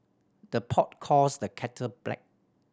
the pot calls the kettle black